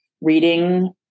reading